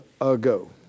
ago